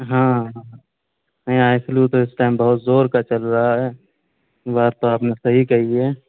ہاں یہاں eye flu تو اس ٹائم بہت زور کا چل رہا ہے یہ بات تو آپ نے صحیح کہی ہے